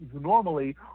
normally